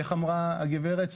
איך אמרה הגברת?